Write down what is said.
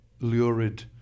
lurid